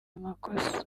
amakosa